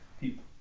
people